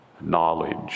knowledge